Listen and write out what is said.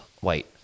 white